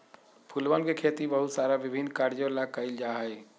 फूलवन के खेती बहुत सारा विभिन्न कार्यों ला कइल जा हई